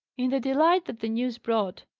in the delight that the news brought,